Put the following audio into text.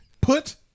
put